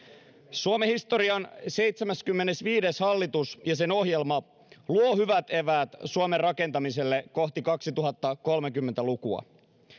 suomen historian seitsemäskymmenesviides hallitus ja sen ohjelma luovat hyvät eväät suomen rakentamiselle kohti kaksituhattakolmekymmentä lukua